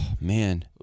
man